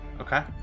Okay